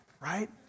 right